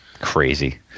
Crazy